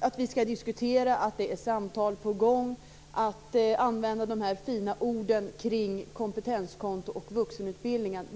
att vi skall diskutera, att det är samtal på gång, att använda de här fina orden kring kompetenskonto och vuxenutbildning.